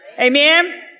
Amen